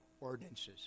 ordinances